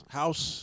house